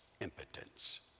impotence